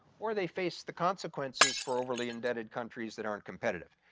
or they face the consequences for overly indebted countries that aren't competitive.